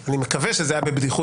אני רוצה לפרט יותר.